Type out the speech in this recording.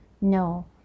No